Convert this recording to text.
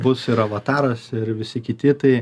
bus ir avataras ir visi kiti tai